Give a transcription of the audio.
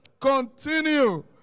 continue